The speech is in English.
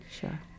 sure